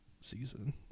season